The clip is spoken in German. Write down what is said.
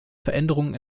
veränderungen